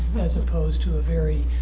as opposed to a very